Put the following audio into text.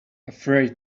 afraid